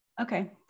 Okay